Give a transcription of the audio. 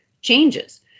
changes